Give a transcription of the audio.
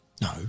No